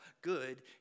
good